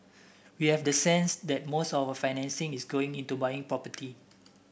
we have the sense that most of the financing is going into buying property